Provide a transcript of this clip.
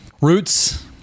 Roots